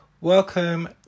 Welcome